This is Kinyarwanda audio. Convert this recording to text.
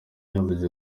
yavuze